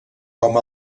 com